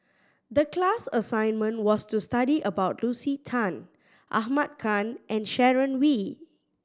the class assignment was to study about Lucy Tan Ahmad Khan and Sharon Wee